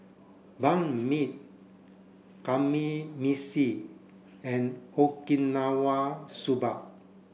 Banh Mi Kamameshi and Okinawa soba